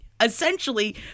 essentially